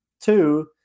two